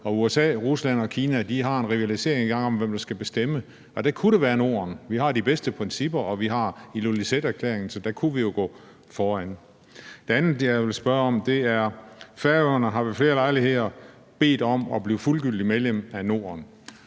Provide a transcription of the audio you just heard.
USA, Rusland og Kina har en rivalisering i gang om, hvem der skal bestemme, og der kunne det være Norden. Vi har de bedste principper, og vi har Ilulissaterklæringen, så der kunne vi jo gå foran. Det andet, jeg vil spørge om, er om Færøerne, som ved flere lejligheder har bedt om at blive fuldgyldigt medlem af Nordisk